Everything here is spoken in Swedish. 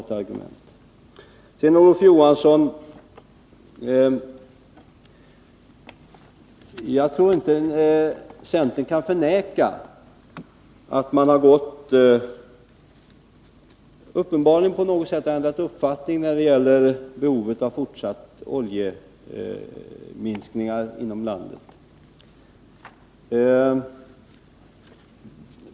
Till Olof Johansson: Jag tror inte att centern kan förneka att man på något sätt uppenbarligen har ändrat uppfattning när det gäller behovet av fortsatta oljeminskningar inom landet.